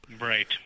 Right